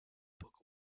book